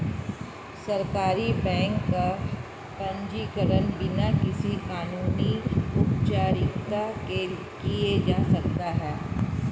सहकारी बैंक का पंजीकरण बिना किसी कानूनी औपचारिकता के किया जा सकता है